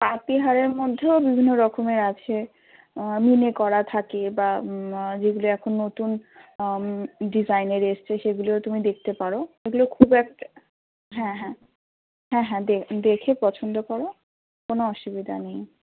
পাতি হারের মধ্যেও বিভিন্ন রকমের আছে মিনে করা থাকে বা যেগুলি এখন নতুন ডিজাইনের এসছে সেগুলোও তুমি দেখতে পারো ওগুলো খুব একটা হ্যাঁ হ্যাঁ হ্যাঁ হ্যাঁ দে দেখে পছন্দ করো কোনো অসুবিধা নেই